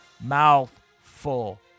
mouthful